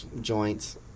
joints